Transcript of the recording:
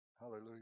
Hallelujah